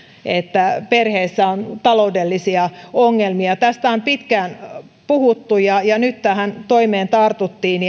että perheessä on taloudellisia ongelmia tästä on pitkään puhuttu ja ja nyt tähän toimeen tartuttiin